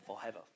Forever